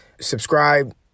subscribe